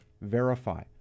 verify